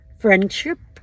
friendship